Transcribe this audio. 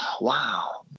wow